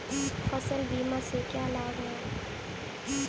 फसल बीमा के क्या लाभ हैं?